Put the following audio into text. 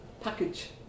package